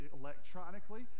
electronically